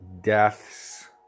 deaths